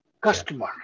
Customer